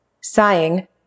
Sighing